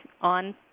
on